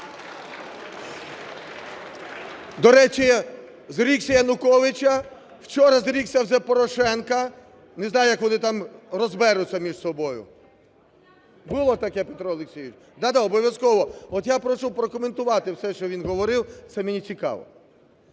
До речі, зрікся Януковича. Вчора зрікся вже Порошенка. Не знаю, як вони там розберуться між собою. Було таке, Петро Олексійович? Да-да, обов'язково, от я прошу прокоментувати все, що він говорив, це мені цікаво.